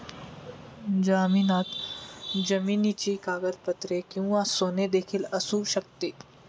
जामिनात जमिनीची कागदपत्रे किंवा सोने देखील असू शकते